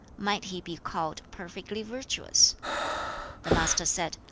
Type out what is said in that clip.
might he be called perfectly virtuous the master said,